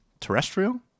Terrestrial